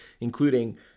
including